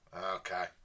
Okay